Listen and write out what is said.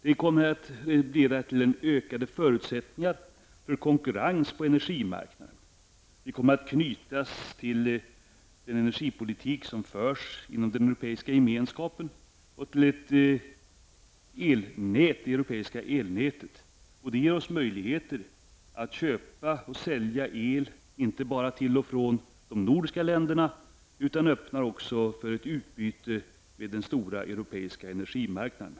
Detta kommer att leda till ökade förutsättningar för konkurrens på energimarknaden. Vi kommer att knytas till den energipolitik som förs inom den europeiska gemenskapen och till det europeiska elnätet. Detta ger oss möjligheter att köpa och sälja el inte bara till och från de nordiska länderna. Det öppnar också för ett utbyte med den stora europeiska energimarknaden.